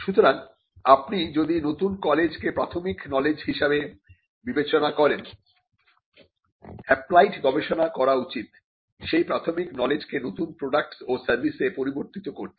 সুতরাং আপনি যদি নতুন নলেজ কে প্রাথমিক নলেজ হিসাবে বিবেচনা করেন অ্যাপ্লাইড গবেষণা করা উচিত সেই প্রাথমিক নলেজ কে নতুন প্রোডাক্ট ও সার্ভিসে পরিবর্তিত করতে